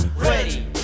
Ready